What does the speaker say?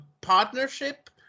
partnership